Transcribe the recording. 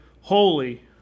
Holy